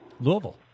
Louisville